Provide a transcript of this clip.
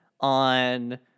on